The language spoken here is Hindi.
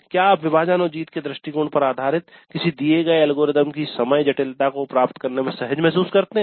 क्या आप विभाजन और जीत के दृष्टिकोण पर आधारित किसी दिए गए एल्गोरिदम की समय जटिलता को प्राप्त करने में सहज महसूस करते हैं